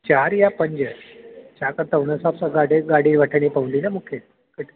चारि या पंज छाकाणि त हुन हिसाब सां गाॾी गाॾी वठणी पवंदी न मूंखे